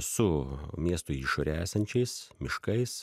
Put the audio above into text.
su miesto išorėje esančiais miškais